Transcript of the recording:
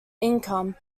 income